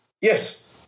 Yes